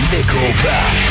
Nickelback